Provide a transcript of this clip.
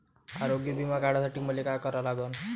आरोग्य बिमा काढासाठी मले काय करा लागन?